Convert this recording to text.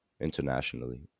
internationally